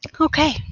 Okay